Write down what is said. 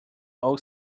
oak